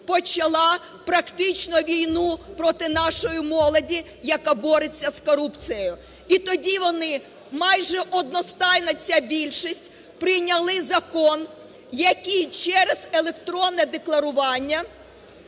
почала, практично війну проти нашої молоді, яка бореться з корупцією. І тоді вони майже одностайно, ця більшість, прийняли закон, який через електронне декларування